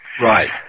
Right